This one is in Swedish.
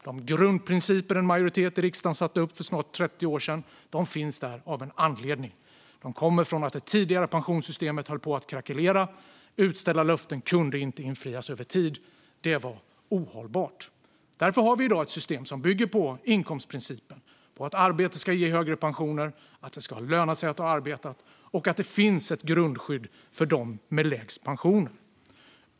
De grundprinciper en majoritet i riksdagen satte upp för snart 30 år sedan finns där av en anledning. De kommer från att det tidigare pensionssystemet höll på att krackelera och utställda löften inte kunde infrias över tid. Det var ohållbart. Därför har vi i dag ett system som bygger på inkomstprincipen. Arbete ska ge högre pensioner, det ska löna sig att ha arbetat och det finns ett grundskydd för dem med lägst pensioner.